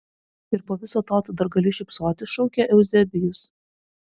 ir po viso to tu dar gali šypsotis šaukė euzebijus